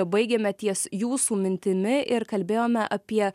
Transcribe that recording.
baigėme ties jūsų mintimi ir kalbėjome apie